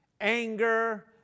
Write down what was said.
anger